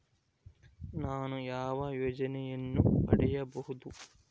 ನಾನು ಯಾವ ಯೋಜನೆಯನ್ನು ಪಡೆಯಬಹುದು?